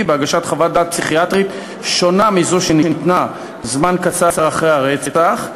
בהגשת חוות דעת פסיכיאטרית שונה מזו שניתנה זמן קצר אחרי הרצח,